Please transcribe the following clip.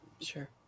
Sure